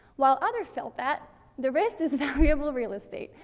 well other felt that the wrist is valuable real estate.